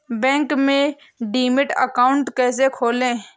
Bank में demat account कैसे खोलें?